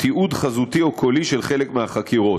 תיעוד חזותי או קולי של חלק מהחקירות.